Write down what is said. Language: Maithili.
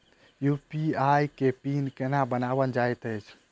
यु.पी.आई केँ पिन केना बनायल जाइत अछि